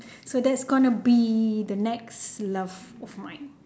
so that's gonna be the next love of mine